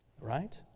Right